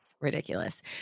Ridiculous